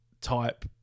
type